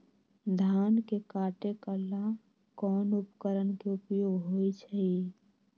धान के काटे का ला कोंन उपकरण के उपयोग होइ छइ?